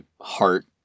heart